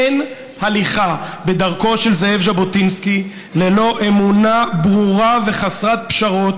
אין הליכה בדרכו של זאב ז'בוטינסקי ללא אמונה ברורה וחסרת פשרות